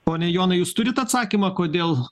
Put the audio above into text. pone jonai jūs turite atsakymą kodėl